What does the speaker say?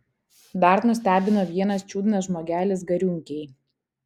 dar nustebino vienas čiudnas žmogelis gariūnkėj